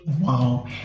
wow